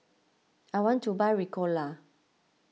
I want to buy Ricola